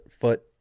foot